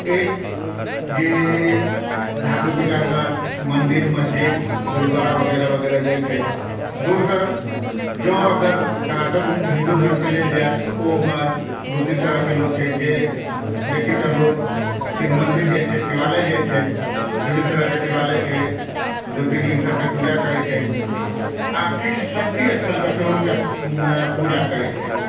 एक जे धार्मिक विचारमे मन्दिर मस्जिद गुरुद्वारा वगैरह वगैरह जाइ छथि दोसर जॅं अगर सनातन हिन्दू धरम के लेल जायत ओहिमे दू तीन तरहके लोक छै जे बेसी तर लोक शिवमन्दिर जाइ छथि शिवालय जाइ छथि विभिन्न तरह के शिवालय छै ज्योतिर्लिंग सब के पूजा करै छथि आ किछु शक्ति स्थल के सेहो पूजा करै छथि